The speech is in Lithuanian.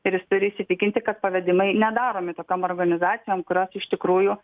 ir jis turi įsitikinti kad pavedimai nedaromi tokiom organizacijom kurios iš tikrųjų